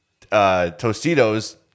Tostitos